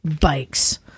bikes